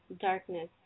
Darkness